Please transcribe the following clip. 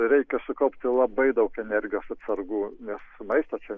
reikia sukaupti labai daug energijos atsargų nes maisto čia